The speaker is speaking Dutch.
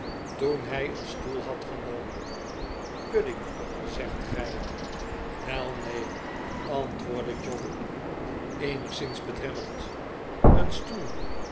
toen hij een stoel had genomen pudding zegt gij wel neen antwoordde john eenigszins maarten chuzzlewit bedremmeld een stoeh